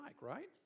right